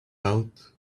out